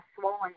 swollen